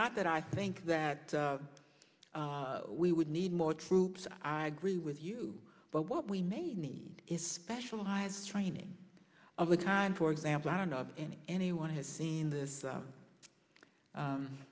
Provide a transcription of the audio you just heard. not that i think that we would need more troops i agree with you but what we may need is specialized training of the time for example i don't know of any anyone has seen this